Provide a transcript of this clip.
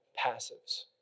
passives